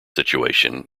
situation